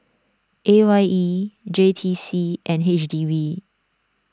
A Y E J T C and H D B